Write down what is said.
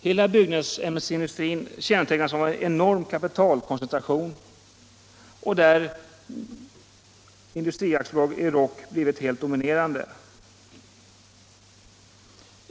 Hela byggnadsämnesindustrin kännetecknas av en enorm kapitalkoncentration, där industriaktiebolaget Euroc blivit helt dominerande.